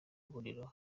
umuriro